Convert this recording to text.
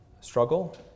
struggle